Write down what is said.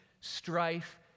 strife